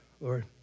Lord